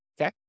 Okay